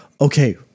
okay